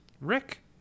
Rick